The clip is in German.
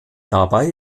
dabei